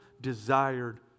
desired